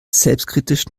selbstkritisch